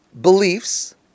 beliefs